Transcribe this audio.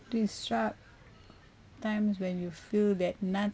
describe times when you feel that nothing